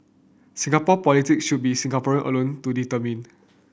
Singapore politic should be Singaporean alone to determine